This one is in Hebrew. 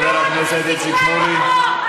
חבר הכנסת איציק שמולי,